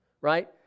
right